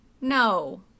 No